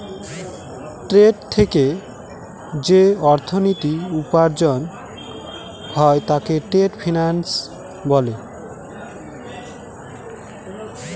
trade থেকে যে অর্থনীতি উপার্জন হয় তাকে ট্রেড ফিন্যান্স বলে